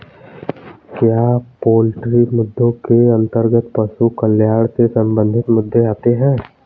क्या पोल्ट्री मुद्दों के अंतर्गत पशु कल्याण से संबंधित मुद्दे आते हैं?